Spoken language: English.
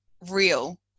real